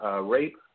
rape